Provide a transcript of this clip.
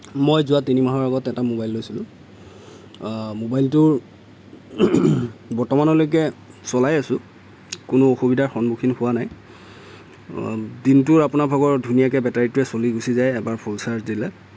মই যোৱা তিনি মাহৰ আগত এটা ম'বাইল লৈছিলোঁ ম'বাইলটোৰ বৰ্তমানলৈকে চলাই আছোঁ কোনো অসুবিধাৰ সন্মুখীন হোৱা নাই দিনটো আপোনাৰ বৰ ধুনীয়াকৈ বেটাৰীটোৱে চলি গুচি যায় এবাৰ ফুল চাৰ্জ দিলে